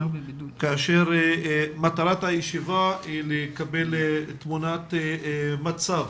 כאשר מטרת הישיבה היא לקבל תמונת מצב